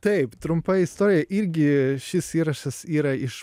taip trumpa istorija irgi šis įrašas yra iš